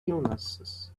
illnesses